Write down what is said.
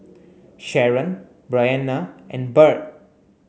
Sharon Brianna and Byrd